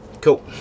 Cool